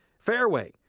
fairway,